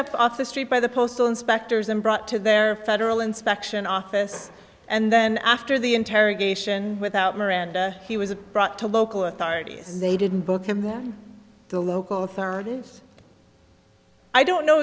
up off the street by the postal inspectors and brought to their federal inspection office and then after the interrogation without miranda he was brought to local authorities they didn't book him the local authorities i don't know